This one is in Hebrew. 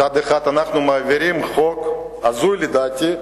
מצד אחד אנחנו מעבירים חוק הזוי לדעתי,